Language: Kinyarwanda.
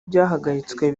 byahagaritswe